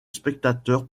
spectateurs